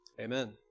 amen